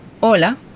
Hola